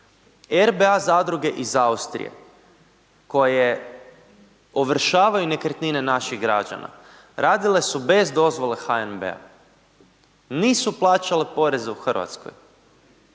RBA zadruge iz Austrije koje ovršavaju nekretnine naših građana radile su bez dozvole HNB-a, nisu plaćale poreze u Hrvatskoj